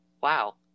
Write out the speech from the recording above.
wow